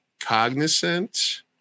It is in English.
cognizant